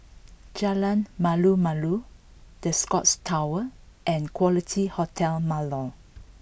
Jalan Malu Malu The Scotts Tower and Quality Hotel Marlow